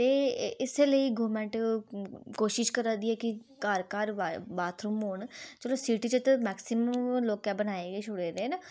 एह् इस्सै लेई गौरमेंट कोशिश करा दी ऐ की घर घर बाथरूम होन चलो ते सिटी बिच लोकें मैक्सीमम बनाई गै लैते दे न